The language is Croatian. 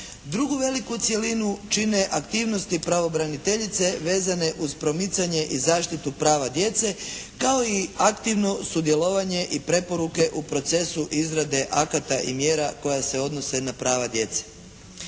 Drugu veliku cjelinu čine aktivnosti pravobraniteljice vezane uz promicanje i zaštitu prava djece kao i aktivno sudjelovanje i preporuke u procesu izrade akata i mjera koja se odnose na prava djece.